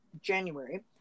January